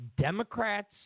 Democrats